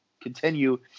continue